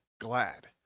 glad